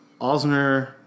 Osner